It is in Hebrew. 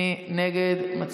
מי נגד?